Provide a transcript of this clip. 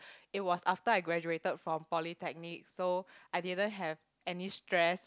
it was after I graduated from polytechnic so I didn't have any stress